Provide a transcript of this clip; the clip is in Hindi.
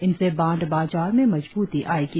इनसे बांड बाजार में मजबूती आएगी